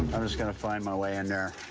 i'm just gonna find my way in there.